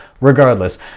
regardless